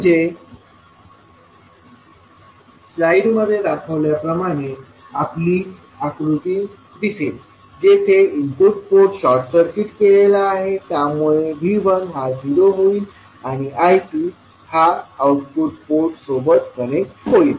म्हणजे स्लाइडमध्ये दाखविल्याप्रमाणे आपली आकृती दिसेल जेथे इनपुट पोर्ट शॉर्ट सर्किट केलेला आहे त्यामुळे V1 हा 0 होईल आणि I2 हा आउटपुट पोर्ट सोबत कनेक्ट होईल